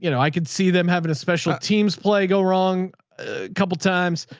you know i could see them having a special teams play, go wrong a couple of times,